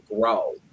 grow